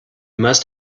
must